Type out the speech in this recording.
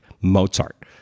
Mozart